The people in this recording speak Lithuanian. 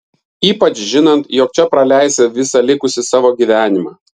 ypač žinant jog čia praleisi visą likusį savo gyvenimą